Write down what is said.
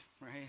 right